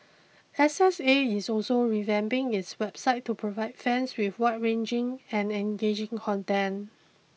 S S A is also revamping its website to provide fans with wide ranging and engaging content